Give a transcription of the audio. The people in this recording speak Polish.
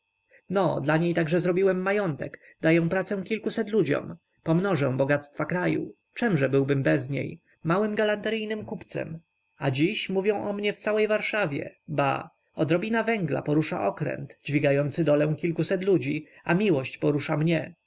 no dla niej także zrobiłem majątek daję pracę kilkuset ludziom pomnożę bogactwa kraju czemże byłbym bez niej małym galanteryjnym kupcem a dziś mówią o mnie w całej warszawie ba odrobina węgla porusza okręt dźwigający dolę kilkuset ludzi a miłość porusza mnie